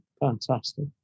Fantastic